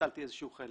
איזה שהוא חלק